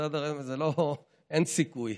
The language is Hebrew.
אין סיכוי.